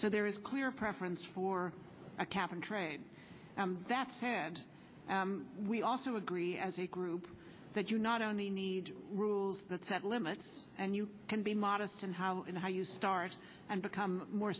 so there is clear preference for a cap and trade that's had we also agree as a group that you not only need rules that set limits and you can be modest and how in how you start and become more